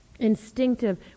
instinctive